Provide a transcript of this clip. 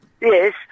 Yes